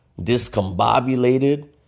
discombobulated